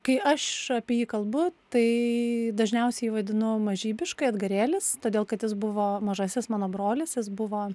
kai aš apie jį kalbu tai dažniausiai jį vadinu mažybiškai edgarėlis todėl kad jis buvo mažasis mano brolis jis buvo